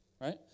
right